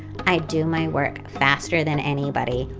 i do my work faster than anybody.